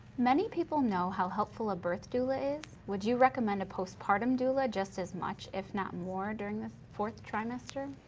many people know how helpful a birth doula is. would you recommend a postpartum doula just as much, if not more, during the fourth trimester?